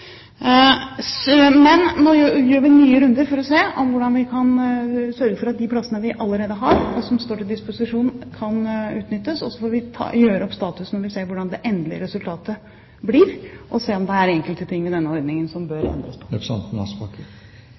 Men nå går vi nye runder for å se hvordan vi kan sørge for at de plassene vi allerede har, og som står til disposisjon, kan utnyttes, og så får vi gjøre opp status når vi ser hvordan det endelige resultatet blir, og se om det er enkelte ting ved denne ordningen som bør